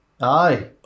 Aye